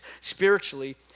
spiritually